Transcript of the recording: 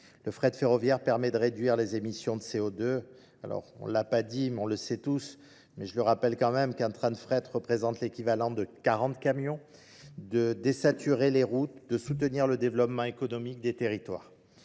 Le fret ferroviaire permet de réduire les émissions de CO2. Alors, on ne l'a pas dit, mais on le sait tous. Mais je le rappelle quand même qu'un train de fret représente l'équivalent de 40 camions de désaturer les routes, de soutenir le développement économique des territoires.